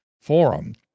forum